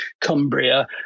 Cumbria